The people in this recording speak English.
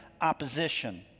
Opposition